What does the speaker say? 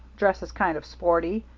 dresses kind of sporty.